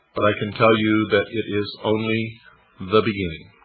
but i can tell you that it is only the beginning.